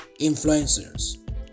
influencers